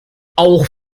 auch